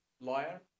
lawyer